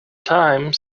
time